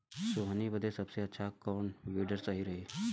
सोहनी बदे सबसे अच्छा कौन वीडर सही रही?